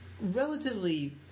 relatively